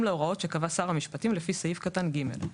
להוראות שקבע שר המשפטים לפי סעיף קטן (ג),